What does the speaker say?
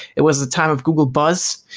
it was the time of google buzz,